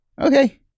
okay